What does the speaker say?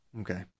Okay